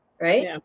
right